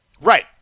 Right